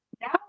now